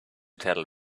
tell